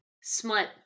Smut